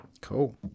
Cool